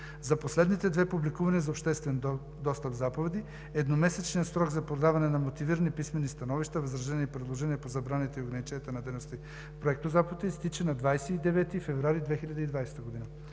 За последните две публикувани за обществен достъп заповеди едномесечният срок за подаване на мотивирани писмени становища, възражения и предложения по забраните и ограниченията на дейности по заповедите изтича на 29 февруари 2020 г.